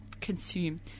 consume